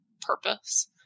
purpose